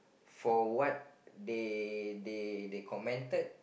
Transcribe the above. for what they they they commented